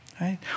Right